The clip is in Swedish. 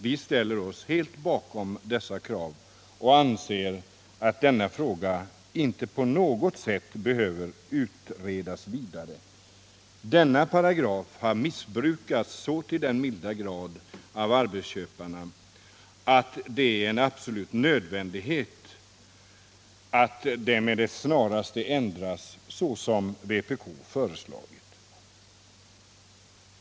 Vi ställer oss helt bakom dessa krav och anser att den här frågan inte på något sätt behöver utredas vidare. Denna paragraf har missbrukats så till den milda grad av arbetsköparna att det är en absolut nödvändighet att den med det snaraste ändras så som vpk föreslagit.